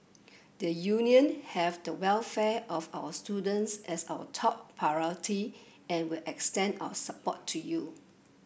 the Union have the welfare of our students as our top priority and will extend our support to you